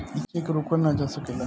ई चेक रोकल ना जा सकेला